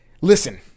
listen